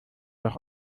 doch